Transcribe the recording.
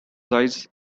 size